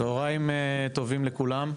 צהרים טובים לכולם.